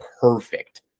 perfect